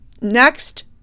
Next